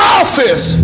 office